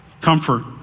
Comfort